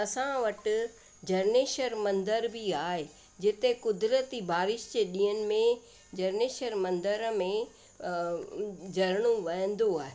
असां वटि झरनेश्वर मंदर बि आहे जिते क़ुदिरती बारिश जे ॾींहनि में झरनेश्वर मंदर में झरनो वहंदो आहे